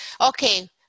okay